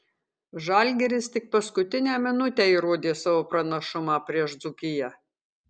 žalgiris tik paskutinę minutę įrodė savo pranašumą prieš dzūkiją